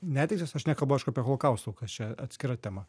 netektis aš nekalbu aišku apie holokausto aukas čia atskira tema